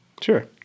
Sure